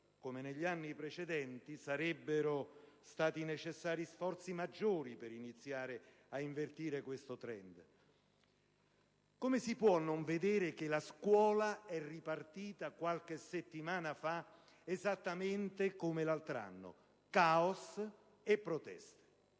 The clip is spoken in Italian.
come negli anni precedenti, sarebbero stati necessari sforzi maggiori per iniziare a invertire questo *trend*. Mi chiedo come si possa non vedere che la scuola è ripartita qualche settimana fa esattamente come l'anno scorso, cioè tra caos e proteste.